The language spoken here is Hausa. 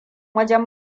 wajen